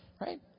Right